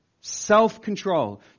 Self-control